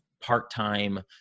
part-time